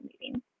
meeting